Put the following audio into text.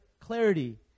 clarity